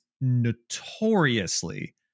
notoriously